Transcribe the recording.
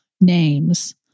names